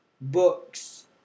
books